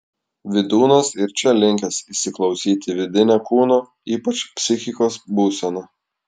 vydūnas ir čia linkęs įsiklausyti į vidinę kūno ypač psichikos būseną